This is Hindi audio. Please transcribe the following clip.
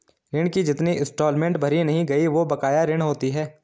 ऋण की जितनी इंस्टॉलमेंट भरी नहीं गयी वो बकाया ऋण होती है